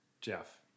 Jeff